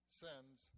sends